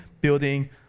building